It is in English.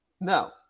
No